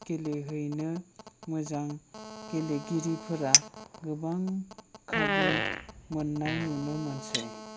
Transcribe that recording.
गेलेहैनो मोजां गेलेगिरिफोरा गोबां खाबु मोननाय नुनो मोनसै